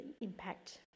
impact